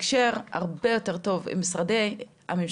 לתקשר הרבה יותר טוב עם משרדי הממשלה